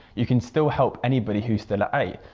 you can still help anybody who's still at a.